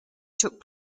took